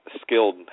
skilled